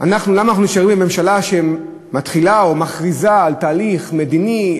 למה אנחנו נשארים בממשלה שמתחילה או מכריזה על תהליך מדיני,